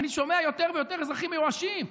אני שומע יותר ויותר אזרחים מיואשים.